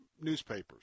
Newspapers